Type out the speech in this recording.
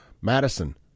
Madison